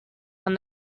from